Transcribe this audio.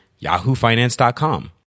yahoofinance.com